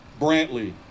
Brantley